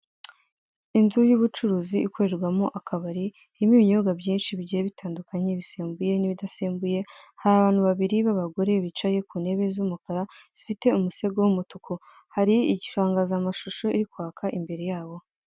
Inzu y'ubucuruzi ikorerwamo akabari irimo ibinyobwa byinshi bigiye bitandukanye bisembuye n'ibidasembuye, hari abantu babiri b'abagore bicaye ku ntebe z'umukara zifite imisego y'umutuku. Hari insangazamashusho iri kwaka imbere ya bo.